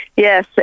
Yes